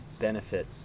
benefit